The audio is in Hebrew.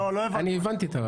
אני הבנתי.